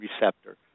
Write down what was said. receptor